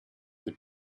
the